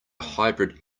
hybrid